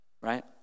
right